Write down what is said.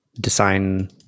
design